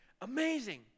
Amazing